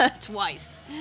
Twice